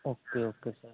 okay okay sir